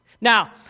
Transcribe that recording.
Now